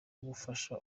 gufasha